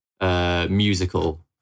musical